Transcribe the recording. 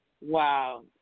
Wow